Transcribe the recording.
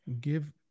give